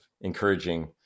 encouraging